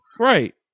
Right